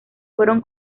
fueron